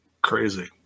Crazy